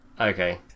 okay